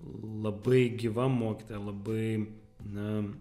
labai gyva mokytoja labai na